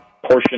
portion